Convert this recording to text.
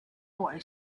boy